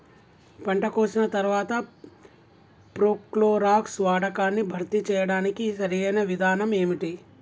పంట కోసిన తర్వాత ప్రోక్లోరాక్స్ వాడకాన్ని భర్తీ చేయడానికి సరియైన విధానం ఏమిటి?